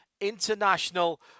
International